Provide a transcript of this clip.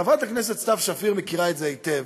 חברת הכנסת סתיו שפיר מכירה את זה היטב,